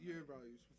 Euros